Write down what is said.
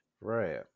Right